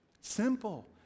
Simple